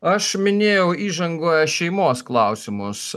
aš minėjau įžangoje šeimos klausimus